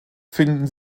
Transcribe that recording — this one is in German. finden